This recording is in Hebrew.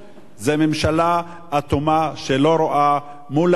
זו ממשלה אטומה שלא רואה מול העיניים,